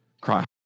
Christ